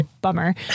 bummer